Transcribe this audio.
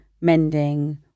mending